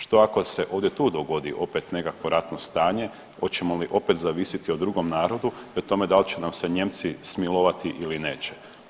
Što ako se ovdje tu dogodi opet nekakvo ratno stanje, hoćemo li opet zavisiti o drugom narodu i o tome da li će nam se Nijemci smilovati ili neće?